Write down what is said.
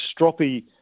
stroppy